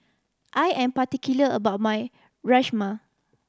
I am particular about my Rajma